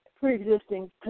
pre-existing